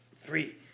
three